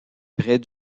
près